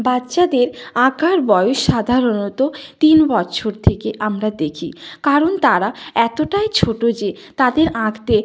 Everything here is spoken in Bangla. বাচ্চাদের আঁকার বয়স সাধারণত তিন বছর থেকে আমরা দেখি কারণ তারা এতটাই ছোটো যে তাদের আঁকতে